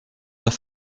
pas